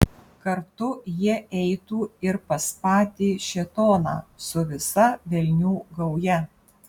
kartu jie eitų ir pas patį šėtoną su visa velnių gauja